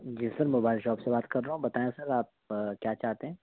جی sir mobile shop سے بات کر رہا ہوں بتائیں سر آپ کیا چاہتے ہیں